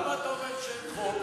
למה אתה אומר שאין חוק?